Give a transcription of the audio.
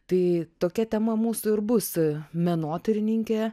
tai tokia tema mūsų ir bus menotyrininkė